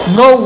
no